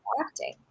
acting